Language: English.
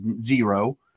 zero